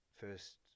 first